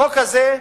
החוק הזה,